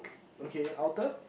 okay outer